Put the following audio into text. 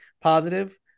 positive